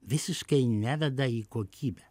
visiškai neveda į kokybę